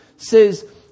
says